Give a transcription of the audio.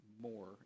more